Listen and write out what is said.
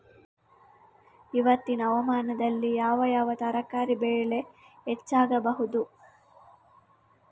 ಇವತ್ತಿನ ಹವಾಮಾನದಲ್ಲಿ ಯಾವ ಯಾವ ತರಕಾರಿ ಬೆಳೆ ಹೆಚ್ಚಾಗಬಹುದು?